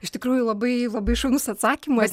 iš tikrųjų labai labai šaunus atsakymas